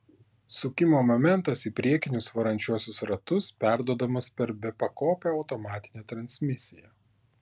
sukimo momentas į priekinius varančiuosius ratus perduodamas per bepakopę automatinę transmisiją